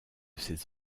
ses